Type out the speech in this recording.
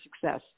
success